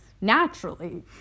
Naturally